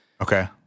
Okay